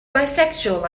bisexual